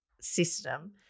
system